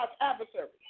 adversaries